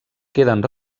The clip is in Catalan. queden